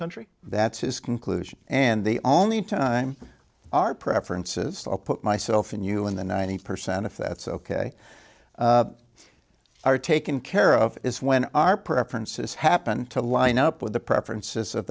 country that's his conclusion and the only time our preferences put myself and you in the ninety percent if that's ok are taken care of is when our preferences happen to line up with the preferences of